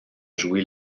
jouer